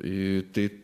į tai